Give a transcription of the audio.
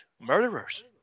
murderers